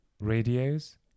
Radios